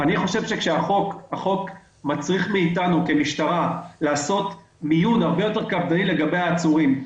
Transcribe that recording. אם חוק מצריך מהמשטרה לעשות מיון הרבה יותר קפדני לגבי העצורים,